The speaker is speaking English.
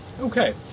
Okay